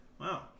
Wow